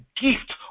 gift